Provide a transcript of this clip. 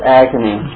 agony